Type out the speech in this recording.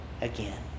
again